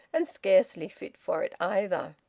and scarcely fit for it either.